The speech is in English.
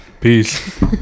Peace